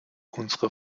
unsere